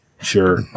Sure